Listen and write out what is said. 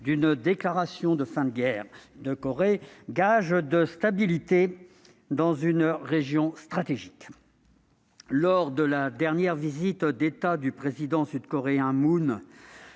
d'une déclaration de fin de la guerre, gage de stabilité dans une région stratégique. Lors de la dernière visite d'État du président sud-coréen Moon